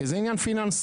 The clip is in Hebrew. כי זה עניין פיננסי,